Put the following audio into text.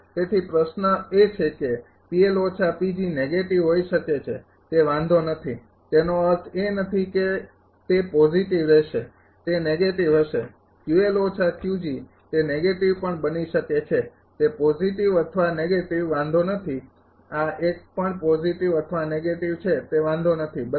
તેથી પ્રશ્ન એ છે કે નેગેટિવ હોઈ શકે છે તે વાંધો નથી તેનો અર્થ એ નથી કે તે પોજિટિવ રહેશે તે નેગેટિવ હશે તે નેગેટિવ પણ બની શકે છે તે પોજિટિવ અથવા નેગેટિવ વાંધો નથી આ એક પણ પોજિટિવ અથવા નેગેટિવ છે તે વાંધો નથી બરાબર